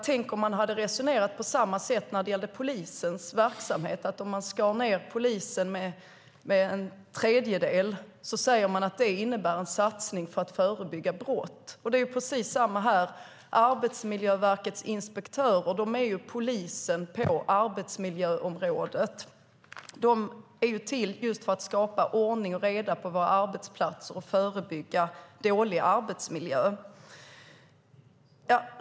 Tänk om man hade resonerat på samma sätt när det gäller polisens verksamhet, alltså att om man skär ned polisens verksamhet med en tredjedel innebär det en satsning för att förebygga brott. Det är precis samma sak här. Arbetsmiljöverkets inspektörer är ju polisen på arbetsmiljöområdet. De är till just för att skapa ordning och reda på våra arbetsplatser och förebygga dålig arbetsmiljö.